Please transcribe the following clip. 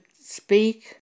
speak